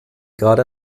gerade